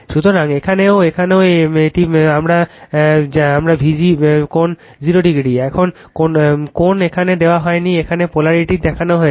সুতরাং এখানেও এখানেও এটিকে কী কল করা হয় তাও আমার ভিজি কোণ 0 কোণ এখানে দেখানো হয়নি এখানে পোলারিটি দেখানো হয়েছে